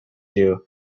you